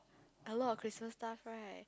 a lot of Christmas stuff right